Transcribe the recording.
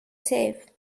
safe